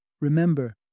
Remember